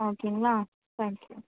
ஓகேங்களா தேங்க்யூ